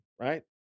right